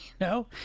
No